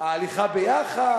ההליכה יחד,